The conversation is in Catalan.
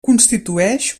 constitueix